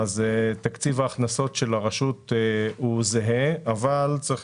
תקציב ההכנסות של הרשות הוא זהה אבל צריך